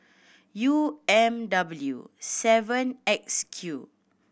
U M W seven X Q